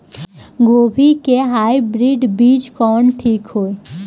गोभी के हाईब्रिड बीज कवन ठीक होई?